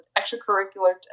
extracurricular